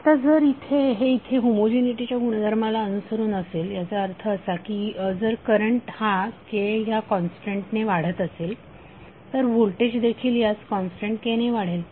आता जर हे इथे होमोजिनीटीच्या गुणधर्माला अनुसरून असेल याचा अर्थ असा की जर करंट हा K ह्या कॉन्स्टंटने वाढत असेल तर व्होल्टेज देखील याच कॉन्स्टंट K ने वाढेल